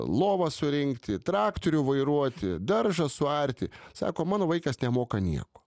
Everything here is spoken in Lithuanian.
lovą surinkti traktorių vairuoti daržą suarti sako mano vaikas nemoka nieko